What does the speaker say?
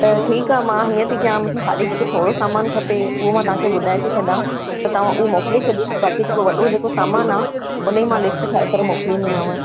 त ठीकु आहे मां इहो थी कयां मूंखे हाली ॾिस थोरो सामानु खपे उहो मां तव्हांखे ॿुधाए थी छॾां त तव्हां हू मोकिले छॾियो बाक़ी वॾो जेको सामानु आहे हुनजी लिस्ट ठाहे करे मां मोकिलींदीमांव